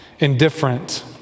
Indifferent